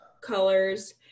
colors